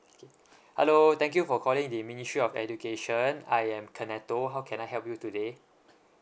okay hello thank you for calling the ministry of education I am canato how can I help you today